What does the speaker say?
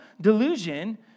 delusion